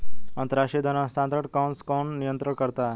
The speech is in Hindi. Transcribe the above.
अंतर्राष्ट्रीय धन हस्तांतरण को कौन नियंत्रित करता है?